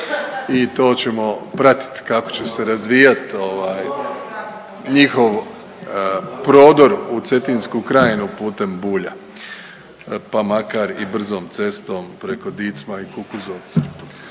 i to ćemo pratiti kako će se razvijati njihov prodor u Cetinsku krajinu putem Bulja pa makar i brzom cestom preko Dicma i Kukuzovca.